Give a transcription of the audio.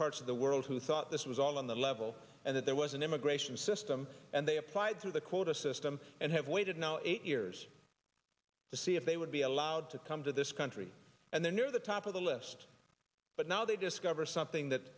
parts of the world who thought this was all on the level and that there was an immigration system and they applied to the quota system and have waited now eight years to see if they would be allowed to come to this country and then near the top of the list but now they discover something that